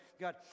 God